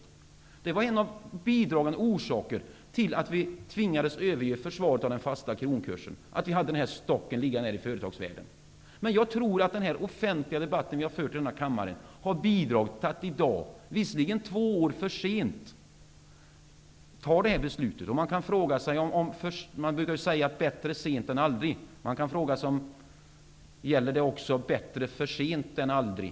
Att vi hade denna stock liggande i företagsvärlden var en av de bidragande orsakerna till att vi tvingades överge försvaret av den fasta kronkursen. Men jag tror att den offentliga debatt som vi har fört i denna kammare har bidragit till att vi i dag, visserligen två år för sent, fattar detta beslut. Man brukar säga: Bättre sent än aldrig. Man kan fråga sig om följande gäller: Är för sent bättre än aldrig?